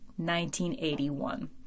1981